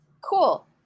Cool